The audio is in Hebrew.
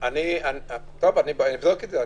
אני אבדוק את זה.